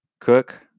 cook